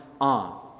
on